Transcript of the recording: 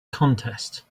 contest